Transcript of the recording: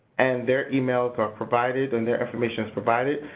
and their emails are provided, and their information is provided.